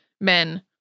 men